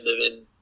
living